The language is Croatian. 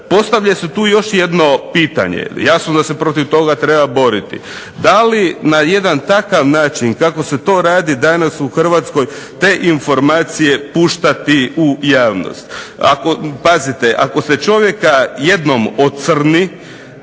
Postavlja se tu još jedno pitanje, jasno da se tu treba boriti, da li na jedan takav način kako se to radi danas u Hrvatskoj te informacije puštati u javnost. Ako se čovjeka jednom ocrni